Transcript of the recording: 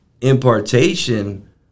impartation